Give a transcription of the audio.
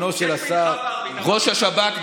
ראש השב"כ,